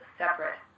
separate